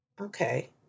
Okay